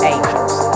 Angels